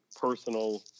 personal